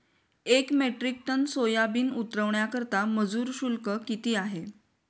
एक metric tonne soybean उतरवण्याकरता मजूर शुल्क किती आहे?